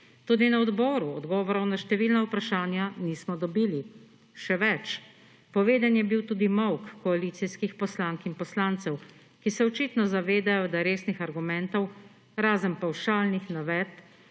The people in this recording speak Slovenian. Tudi na odboru odgovorov na številna vprašanja nismo dobili. Še več, poveden je bil tudi molk koalicijskih poslank in poslancev, ki se očitno zavedajo, da resnih argumentov, razen pavšalnih navedb,